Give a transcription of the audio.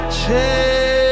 change